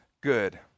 good